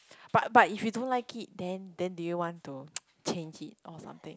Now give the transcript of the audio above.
but but if you don't like it then then do you want to change it or something